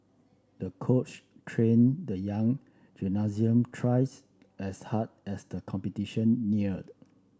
the coach trained the young gymnast twice as hard as the competition neared